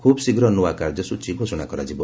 ଖୁବ୍ ଶୀଘ୍ର ନୂଆ କାର୍ଯ୍ୟସୂଚୀ ଘୋଷଣା କରାଯିବ